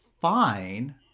fine